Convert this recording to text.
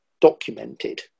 documented